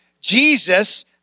Jesus